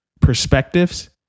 perspectives